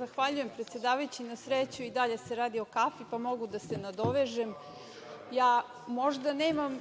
Zahvaljujem, predsedavajući. Na sreću, i dalje se radi o kafi, pa mogu da se nadovežem. Ja možda nemam